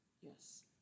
Yes